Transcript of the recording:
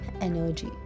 energy